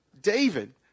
David